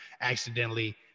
accidentally